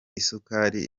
isukari